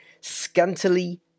Scantily